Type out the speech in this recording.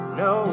no